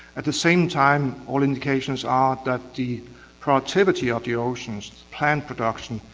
at the same time, all indications are that the productivity of the oceans, plant production,